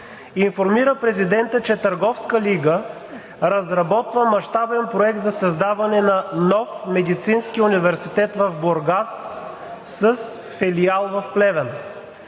информира президента, че „Търговска лига“ разработва мащабен проект за създаване на нов Медицински университет в Бургас с филиал в Плевен.